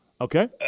Okay